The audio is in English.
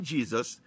Jesus